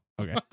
okay